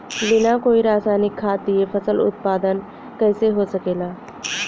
बिना कोई रसायनिक खाद दिए फसल उत्पादन कइसे हो सकेला?